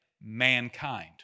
Mankind